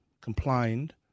complained